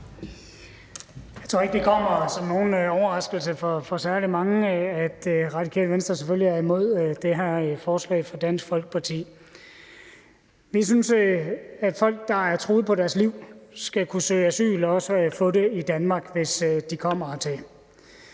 Jeg tror ikke, det kommer som nogen overraskelse for særlig mange, at Radikale Venstre selvfølgelig er imod det her forslag fra Dansk Folkeparti. Vi synes, at folk, der er truet på deres liv, skal kunne søge asyl og også få det i Danmark, hvis de kommer hertil.